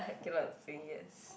I cannot say yes